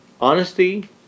honesty